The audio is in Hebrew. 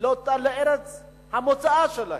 לארץ המוצא שלהם.